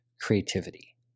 creativity